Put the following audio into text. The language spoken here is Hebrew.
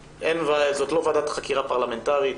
זאת לא ועדת חקירה פרלמנטרית,